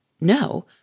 No